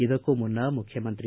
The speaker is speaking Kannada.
ಇದಕ್ಕೂ ಮುನ್ನ ಮುಖ್ಯಮಂತ್ರಿ ಬಿ